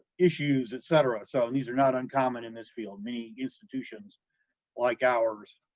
issues, etc, so these are not uncommon in this field, many institutions like ours,